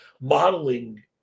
modeling